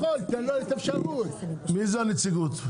--- מי הנציגות?